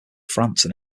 france